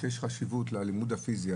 של החשיבות של הלימוד הפיזי,